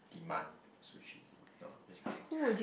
demand for sushi no lah just kidding